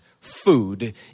food